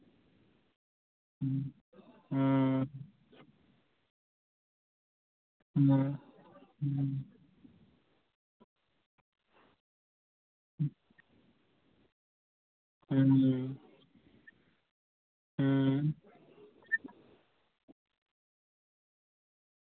अं नाहं हूं